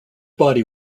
body